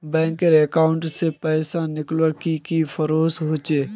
Bank account से पैसा निकालवर की की प्रोसेस होचे?